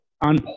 on